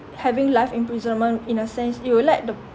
having life imprisonment in a sense it would let the